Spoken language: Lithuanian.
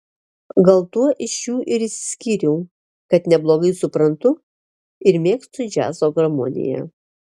gal tuo iš jų ir išsiskyriau kad neblogai suprantu ir mėgstu džiazo harmoniją